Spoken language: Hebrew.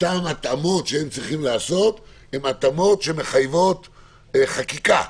אותן התאמות שהם צריכים לעשות הן התאמות שמחייבות חקיקה.